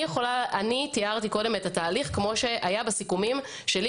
אני תיארתי קודם את התהליך כמו שהיה בסיכומים שלי